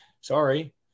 Sorry